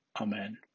Amen